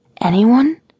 anyone